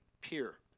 peer